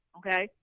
okay